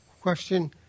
question